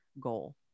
goal